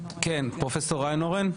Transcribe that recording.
פרופסור איינהורן,